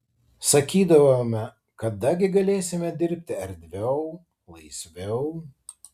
sakydavome kada gi galėsime dirbti erdviau laisviau